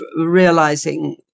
realizing